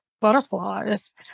butterflies